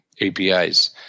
APIs